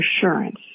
assurance